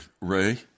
Ray